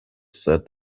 said